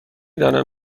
دانم